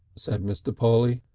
said mr. polly.